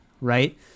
right